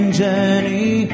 journey